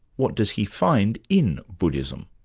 what does he find in buddhism?